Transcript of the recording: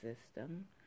system